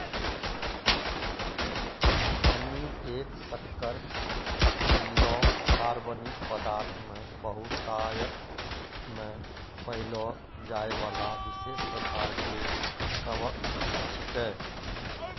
खमीर एक शक्कर मिललो कार्बनिक पदार्थ मे बहुतायत मे पाएलो जाइबला विशेष प्रकार के कवक छिकै